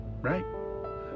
right